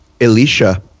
Elisha